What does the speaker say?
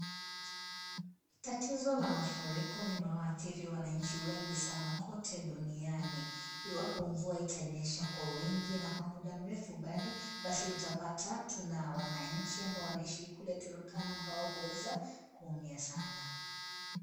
Tatizo la mafuriko limewaathiri wananchi wengi sana kote duniani iwapo mvua itanyesha kwa wingi na kwa muda mrefu basi utapata tuna wananchi ambao wanaishi kule Turkana ambao wanaoweza kuumia sana.